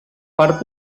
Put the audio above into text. part